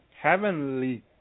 heavenly